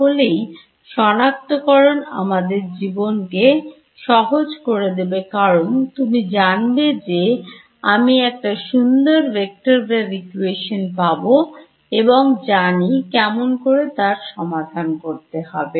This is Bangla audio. তাহলেই সনাক্তকরণ আমাদের জীবনকে সহজ করে দেবে কারণ তুমি জানবে যে আমি একটা সুন্দর Vector Wave Equation পাব এবং জানি কেমন করে তার সমাধান করতে হবে